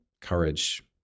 courage